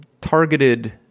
targeted